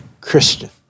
Christian